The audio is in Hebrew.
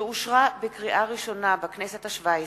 שאושרה בקריאה ראשונה בכנסת השבע-עשרה.